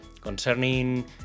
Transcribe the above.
concerning